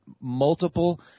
multiple